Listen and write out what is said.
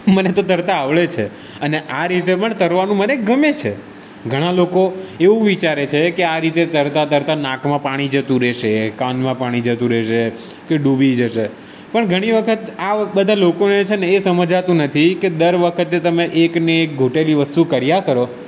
મને તો તરતા આવડે છે અને આ રીતે પણ તરવાનું મને ગમે છે ઘણા લોકો એવું વિચારે છે કે આ રીતે તરતા તરતા નાકમાં પાણી જતું રહેશે કાનમાં પાણી જતું રહેશે કે ડૂબી જશે પણ ઘણી વખત આ બધા લોકોને છે ને એ સમજાતું નથી કે દર વખતે તમે એક ને એક ઘૂંટેલી વસ્તુ કર્યા કરો